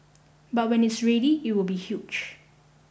but when it's ready it will be huge